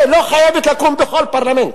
לא חייבת לקום בכל פרלמנט